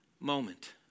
moment